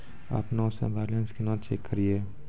अपनों से बैलेंस केना चेक करियै?